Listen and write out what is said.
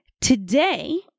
today